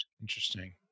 Interesting